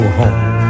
home